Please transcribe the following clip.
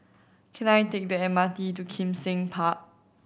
can I take the M R T to Kim Seng Park